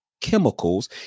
chemicals